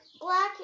black